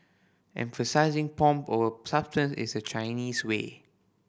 emphasising pomp over substance is the Chinese way